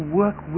work